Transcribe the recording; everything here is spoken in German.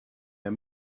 der